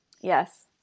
Yes